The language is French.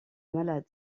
malade